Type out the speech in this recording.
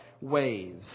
ways